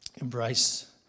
embrace